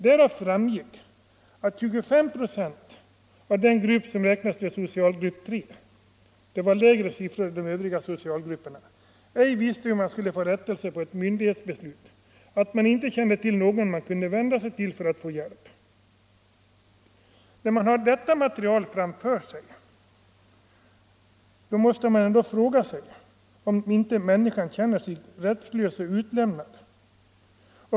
Därav framgick att 25 procent av dem som räknas till socialgrupp 3 — det var lägre siffror i de övriga socialgrupperna — ej visste hur de skulle få rättelse på ett myndighetsbeslut och inte kände till någon som de kunde vända sig till för att få hjälp. När man har detta material framför sig måste man ändå fråga, om inte människan känner sig rättslös och utlämnad.